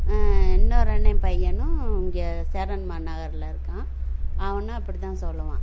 இன்னோரு அண்ணே பையனும் இங்கே சேரன்மாநகரில் இருக்கான் அவனும் அப்படி தான் சொல்லுவான்